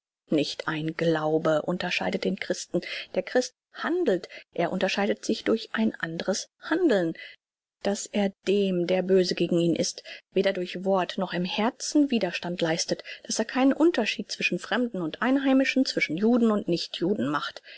nicht ein glaube unterscheidet den christen der christ handelt er unterscheidet sich durch ein andres handeln daß er dem der böse gegen ihn ist weder durch wort noch im herzen widerstand leistet daß er keinen unterschied zwischen fremden und einheimischen zwischen juden und nicht juden macht